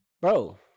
Bro